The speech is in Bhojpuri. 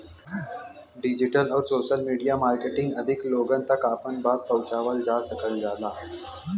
डिजिटल आउर सोशल मीडिया मार्केटिंग अधिक लोगन तक आपन बात पहुंचावल जा सकल जाला